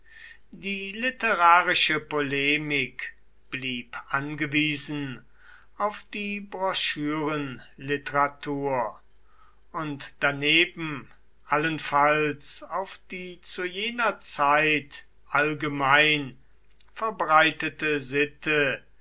die literarische polemik blieb angewiesen auf die broschürenliteratur und daneben allenfalls auf die zu jener zeit allgemein verbreitete sitte